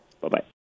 Bye-bye